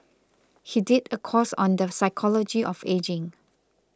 he did a course on the psychology of ageing